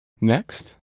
Next